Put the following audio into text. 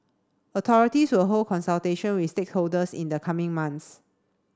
authorities will hold consultation with stakeholders in the coming months